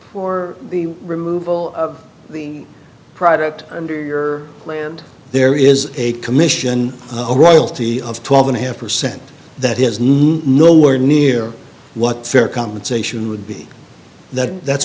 for the removal of the product under your land there is a commission of a royalty of twelve and a half percent that is not nowhere near what fair compensation would be that that's